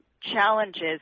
challenges